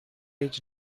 bush